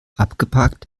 abgepackt